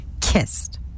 kissed